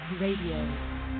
radio